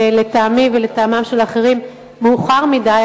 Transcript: לטעמי ולטעמם של אחרים מאוחר מדי,